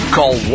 Call